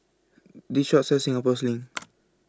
This Shop sells Singapore Sling